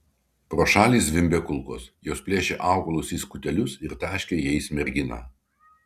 pro šalį zvimbė kulkos jos plėšė augalus į skutelius ir taškė jais merginą